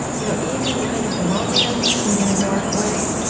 you know even kind of romance in a dark way.